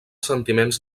sentiments